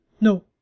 No